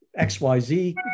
XYZ